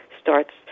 starts